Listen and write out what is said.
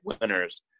winners